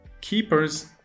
Keepers